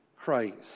Christ